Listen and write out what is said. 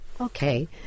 okay